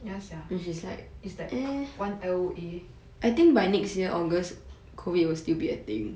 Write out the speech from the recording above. ya sia is like one L_O_A